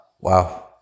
Wow